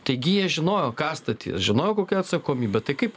taigi jie žinojo ką statys žinojo kokia atsakomybė tai kaip